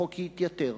החוק יתייתר,